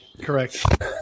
Correct